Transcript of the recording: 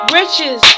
riches